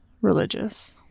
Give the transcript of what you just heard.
religious